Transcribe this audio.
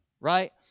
Right